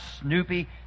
snoopy